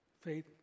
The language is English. Faith